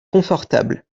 confortable